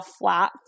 flat